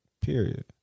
Period